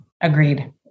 Agreed